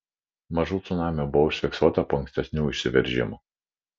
mažų cunamių buvo užfiksuota po ankstesnių išsiveržimų